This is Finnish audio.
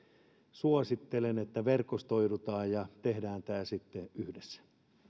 suosittelen että verkostoidutaan ja tehdään tämä sitten yhdessä